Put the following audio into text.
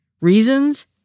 reasons